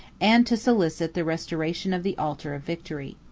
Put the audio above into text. and to solicit the restoration of the altar of victory.